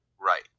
Right